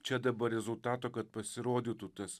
čia dabar rezultato kad pasirodytų tas